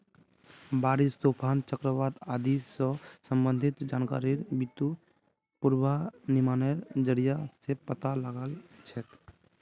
बारिश, तूफान, चक्रवात आदि स संबंधित जानकारिक बितु पूर्वानुमानेर जरिया स पता लगा छेक